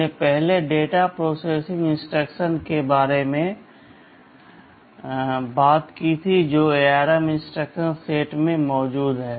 हमने पहले data processing instruction के बारे में बात की थी जो ARM इंस्ट्रक्शन सेट में मौजूद हैं